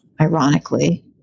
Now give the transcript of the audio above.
Ironically